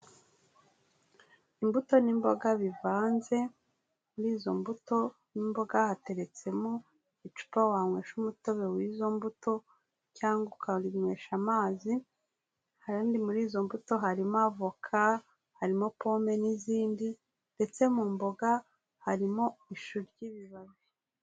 Imbuto n'imboga bivanze, kuri izo mbuto n'imboga hateretsemo icupa wanywesha umutobe w'izo mbuto, cyangwa ukarinywesha amazi, handi muri izo mbuto harimo avoka, harimo pome n'izindi, ndetse mu mboga harimo ishu ry'ibibabi.